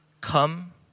Come